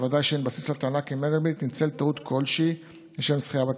וודאי שאין בסיס לטענה כי מנדלבליט ניצל טעות כלשהי לשם זכייה בתפקיד.